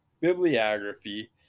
bibliography